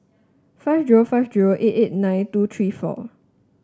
five zero five zero eight eight nine two three four